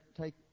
take